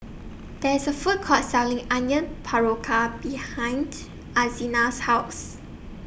There IS A Food Court Selling Onion Pakora behind Alzina's House